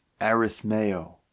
arithmeo